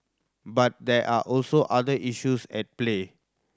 but there are also other issues at play